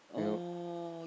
oh